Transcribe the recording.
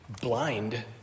blind